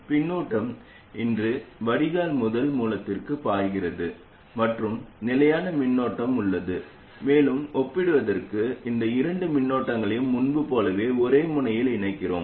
மின்னோட்டம் இங்கு வடிகால் முதல் மூலத்திற்கு பாய்கிறது மற்றும் நிலையான மின்னோட்டம் உள்ளது மேலும் ஒப்பிடுவதற்கு இந்த இரண்டு மின்னோட்டங்களையும் முன்பு போலவே ஒரே முனையில் இணைக்கிறோம்